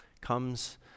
comes